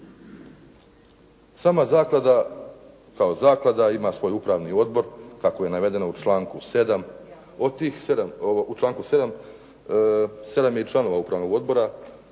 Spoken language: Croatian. Sama zaklada kao zaklada ima svoj upravni odbor, kako je navedeno u članku 7. sedam je članova upravnog odbora